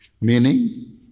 Meaning